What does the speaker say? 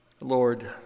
Lord